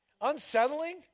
Unsettling